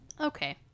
okay